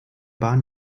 bahn